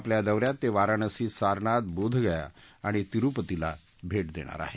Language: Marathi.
आपल्या या दौऱ्यात ते वाराणसी सारनाथ बोधगया आणि तिरुपतीला भेट देणार आहे